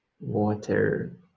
water